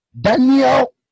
Daniel